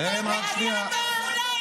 אתה יותר טוב?